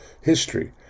history